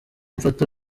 mfata